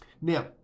Now